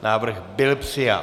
Návrh byl přijat.